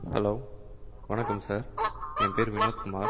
hello வணக்கம் sir என் பேர் வினோத்குமார்